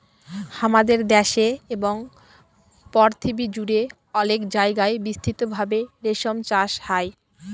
হামাদের দ্যাশে এবং পরথিবী জুড়ে অলেক জায়গায় বিস্তৃত ভাবে রেশম চাস হ্যয়